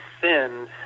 sinned